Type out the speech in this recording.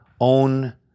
own